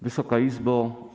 Wysoka Izbo!